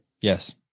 Yes